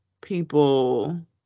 people